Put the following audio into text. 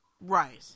Right